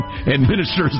administers